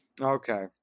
okay